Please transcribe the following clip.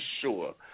sure